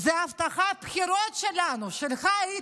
זה הבטחת בחירות שלנו, שלך, איתמר,